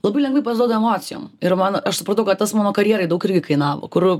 labai lengvai pasiduodu emocijom ir man aš supratau kad tas mano karjerai daug kainavo kur